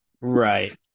right